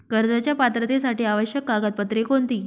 कर्जाच्या पात्रतेसाठी आवश्यक कागदपत्रे कोणती?